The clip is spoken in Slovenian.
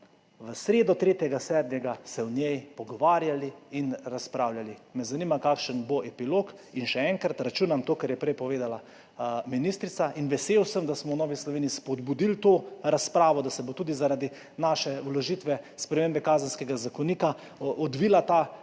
v sredo, 3. 7., o njej pogovarjali in razpravljali. Me zanima, kakšen bo epilog. In še enkrat, računam na to, kar je prej povedala ministrica. Vesel sem, da smo v Novi Sloveniji spodbudili to razpravo, da se bo tudi zaradi naše vložitve spremembe Kazenskega zakonika odvila ta razprava,